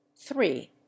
three